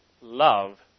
love